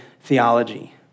theology